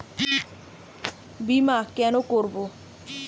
বিমা কেন করব?